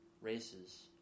races